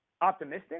optimistic